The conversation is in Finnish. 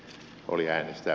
huoli äänestää